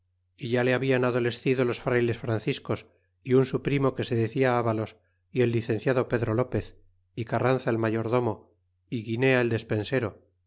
é ya le hab'an adolescido los frayles franciscos y un su primo que se decia avalos y el licenciado pedro lopez y carranza el mayordomo y guinea el despensero